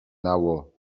nało